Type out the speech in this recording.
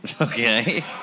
Okay